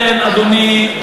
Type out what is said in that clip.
אדוני,